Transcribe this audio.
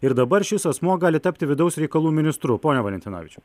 ir dabar šis asmuo gali tapti vidaus reikalų ministru pone valentinavičiau